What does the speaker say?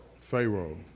Pharaoh